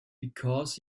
because